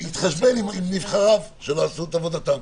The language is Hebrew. ויתחשבן עם נבחריו, שלא עשו את עבודתם.